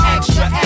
Extra